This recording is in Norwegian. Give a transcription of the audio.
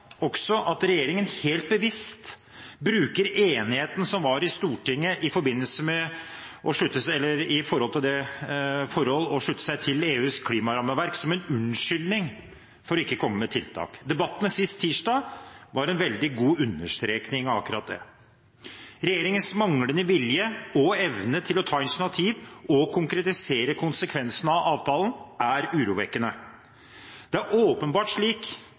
også at regjeringen helt bevisst bruker enigheten som var i Stortinget for å slutte seg til EUs klimarammeverk, som en unnskyldning for ikke å komme med tiltak. Debatten på tirsdag var en veldig god understreking av akkurat det. Regjeringens manglende vilje – og evne – til å ta initiativ og konkretisere konsekvensene av avtalen er urovekkende. Det er åpenbart slik